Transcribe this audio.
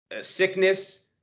sickness